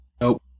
Nope